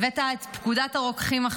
הבאת עכשיו את פקודת הרוקחים.